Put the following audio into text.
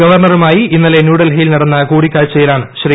ഗവർണറുമായി ഇന്നലെ ന്യൂഡൽഹിയിൽ നടന്ന കൂടിക്കാഴ്ച യിലാണ് ശ്രീ